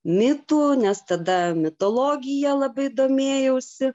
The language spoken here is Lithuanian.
mitų nes tada mitologija labai domėjausi